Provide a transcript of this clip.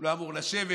לא אמור לשבת.